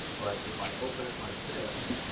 but, if i open it like this,